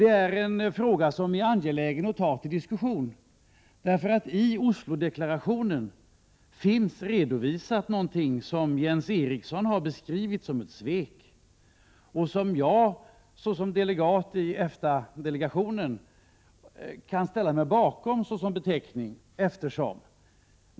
Det är en fråga som är angelägen att ta till diskussion, eftersom det i Oslodeklarationen finns redovisat någonting som Jens Eriksson har beskrivit som ett svek, en beteckning som jag såsom delegat i EFTA-delegationen kan ställa mig bakom.